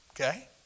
Okay